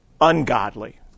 ungodly